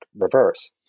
reverse